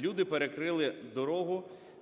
Люди перекрили дорогу,